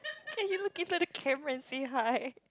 can he look inside the camera and say hi